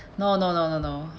no no no no no